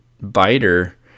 Biter